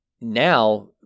Now